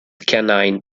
canine